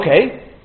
okay